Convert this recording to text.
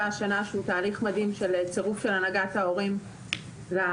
השנה שהוא תהליך מדהים של צרוף הנהגת ההורים לוועדות.